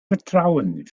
vertrauen